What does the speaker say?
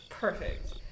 Perfect